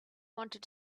wanted